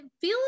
feel